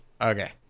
Okay